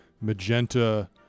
magenta